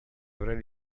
dovrei